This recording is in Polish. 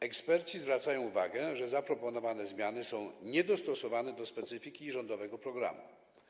Eksperci zwracają uwagę, że zaproponowane zmiany są niedostosowane do specyfiki rządowego programu.